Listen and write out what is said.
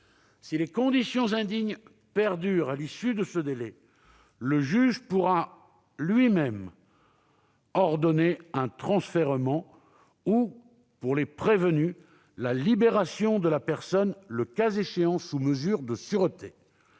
Si les conditions indignes perdurent à l'issue de ce délai, le juge pourra ordonner lui-même un transfèrement ou, pour les prévenus, la libération de la personne, le cas échéant sous mesure de sûreté.